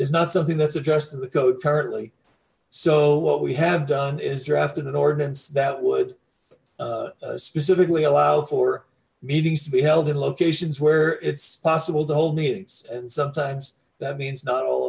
is not something that's adjusted the code currently so what we have done is drafted an ordinance that would specifically allow for meetings to be held in locations where it's possible to hold meetings and sometimes that means not all